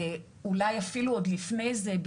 אולי אפילו עוד לפני זה,